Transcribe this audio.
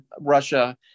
Russia